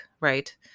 Right